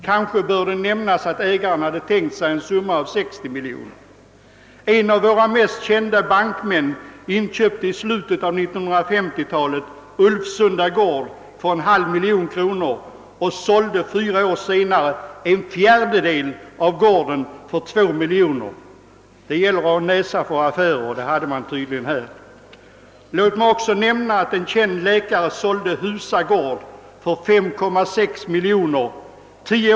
Kanske bör det nämnas att ägaren hade tänkt sig priset 60 miljoner kronor. En av våra mest kända bankmän inköpte i slutet av 1950-talet Ulvsunda gård för en halv miljon kronor och sålde fyra år senare en fjärdedel av gården för 2 miljoner. Det gäller att ha näsa för affärer, och det hade tydligen vederbörande. Låt mig också erinra om att en känd läkare sålde Husa gård för 5,6 miljoner kronor.